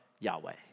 Yahweh